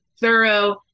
thorough